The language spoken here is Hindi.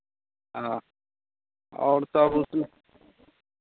हाँ और तब उसमें